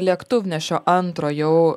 lėktuvnešio antro jau